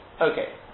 Okay